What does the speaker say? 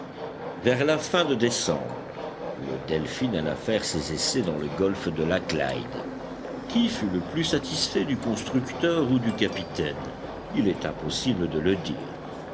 vers la fin de décembre le delphin alla faire ses essais dans le golfe de la clyde qui fut le plus satisfait du constructeur ou du capitaine il est impossible de le dire